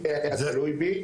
אם זה היה תלוי בי,